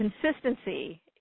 Consistency